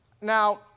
Now